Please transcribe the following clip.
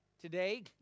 Today